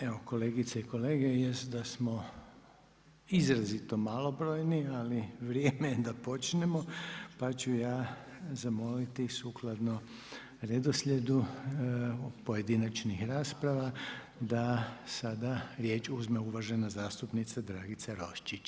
Evo kolegice i kolege jest da smo izrazito malobrojni, ali vrijeme je da počnemo, pa ću ja zamoliti sukladno redoslijedu pojedinačnih rasprava da sada riječ uzme uvažena zastupnica Dragica Roščić.